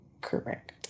Correct